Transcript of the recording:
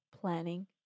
planning